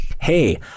hey